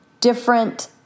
different